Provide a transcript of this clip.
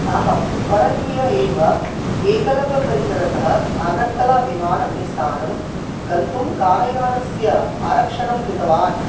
अहं परह्यः एव एकलव्यपरिसरतः अगर्तला विमाननिस्थानं गन्तुं कार् यानस्य आरक्षणं कृतवान्